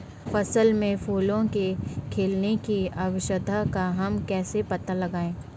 फसल में फूलों के खिलने की अवस्था का हम कैसे पता लगाएं?